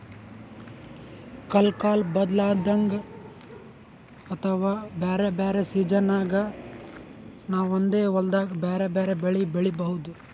ಕಲ್ಕಾಲ್ ಬದ್ಲಾದಂಗ್ ಅಥವಾ ಬ್ಯಾರೆ ಬ್ಯಾರೆ ಸಿಜನ್ದಾಗ್ ನಾವ್ ಒಂದೇ ಹೊಲ್ದಾಗ್ ಬ್ಯಾರೆ ಬ್ಯಾರೆ ಬೆಳಿ ಬೆಳಿಬಹುದ್